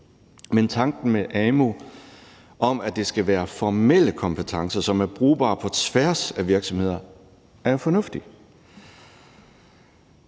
men tanken med amu om, at det skal være formelle kompetencer, som er brugbare på tværs af virksomheder, er fornuftig.